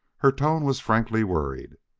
her tone was frankly worried.